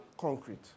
Concrete